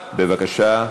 בבקשה.